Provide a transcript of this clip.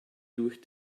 durch